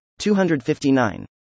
259